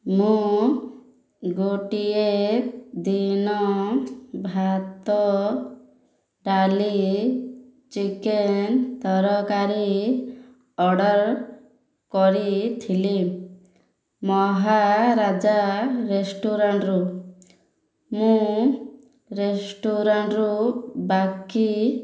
ମୁଁ ଗୋଟିଏ ଦିନ ଭାତ ଡାଲି ଚିକେନ୍ ତରକାରୀ ଅର୍ଡ଼ର୍ କରିଥିଲି ମହାରାଜା ରେଷ୍ଟୁରାଣ୍ଟରୁ ମୁଁ ରେଷ୍ଟୁରାଣ୍ଟରୁ ବାକି